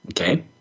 Okay